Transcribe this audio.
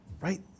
right